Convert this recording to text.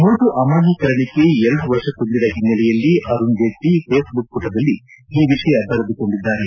note ಅಮಾನ್ಲೀಕರಣಕ್ಕೆ ಎರಡು ವರ್ಷ ತುಂಬಿದ ಹಿನ್ನೆಲೆಯಲ್ಲಿ ಅರುಣ್ ಜೇಟ್ನಿ ಫೇಸ್ಬುಕ್ ಪುಟದಲ್ಲಿ ಈ ವಿಷಯ ಬರೆದುಕೊಂಡಿದ್ದಾರೆ